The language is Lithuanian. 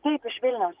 taip iš vilniaus